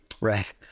Right